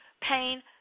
Pain